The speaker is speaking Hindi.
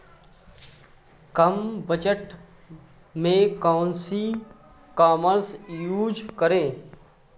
कम बजट में कौन सी ई कॉमर्स यूज़ करें?